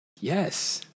Yes